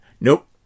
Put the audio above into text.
nope